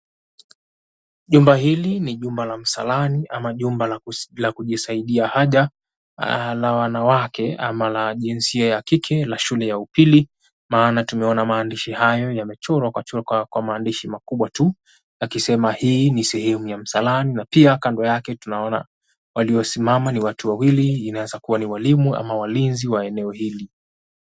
Jumba hili ni jumba la msalani ama jumba la la kujisaidia haja la wanawake ama la jinsia ya kike la shule ya upili maana tumeona maandishi hayo yamechorwa kwa maandishi makubwa tu. Lakisema hii ni sehemu ya msalani na pia kando yake tunaona waliosimama ni watu wawili inaweza kuwa ni walimu ama walinzi wa eneo hili.